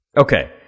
Okay